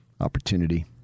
Opportunity